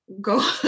go